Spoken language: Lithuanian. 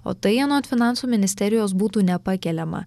o tai anot finansų ministerijos būtų nepakeliama